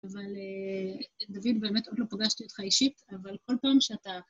אבל, דוד, באמת עוד לא פוגשתי אותך אישית, אבל כל פעם שאתה...